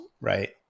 right